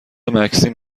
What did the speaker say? مکسیم